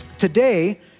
Today